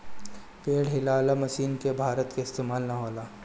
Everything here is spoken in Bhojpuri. पेड़ हिलौना मशीन के भारत में इस्तेमाल ना होला